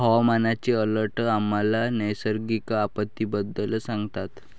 हवामानाचे अलर्ट आम्हाला नैसर्गिक आपत्तींबद्दल सांगतात